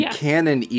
canon